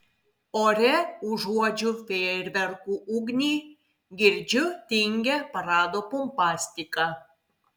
ore užuodžiu fejerverkų ugnį girdžiu tingią parado pompastiką